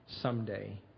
someday